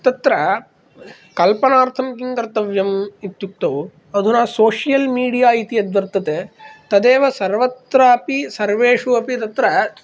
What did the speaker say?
तत्र कल्पनार्थं किं कर्तव्यम् इत्युक्तौ अधुना सोशियल् मीडिया इति यद्वर्तते तदेव सर्वत्रापि सर्वेष्वपि तत्र